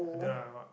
I don't know I what